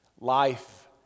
Life